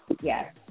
yes